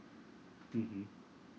mmhmm